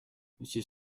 monsieur